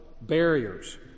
barriers